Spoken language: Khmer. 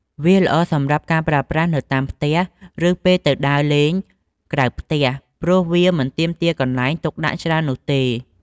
វាល្អសម្រាប់ការប្រើប្រាស់នៅតាមផ្ទះ ឬពេលទៅដើរលេងក្រៅផ្ទះ ព្រោះវាមិនទាមទារកន្លែងទុកដាក់ច្រើននោះទេ។